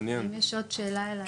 אם יש עוד שאלה אליי.